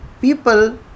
People